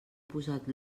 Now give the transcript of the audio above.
posat